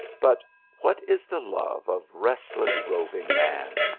but what is the love of restless, roving man?